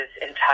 entire